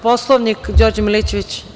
Poslovnik, Đorđe Milićević.